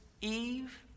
Eve